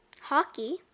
hockey